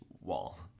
wall